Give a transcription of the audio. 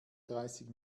dreißig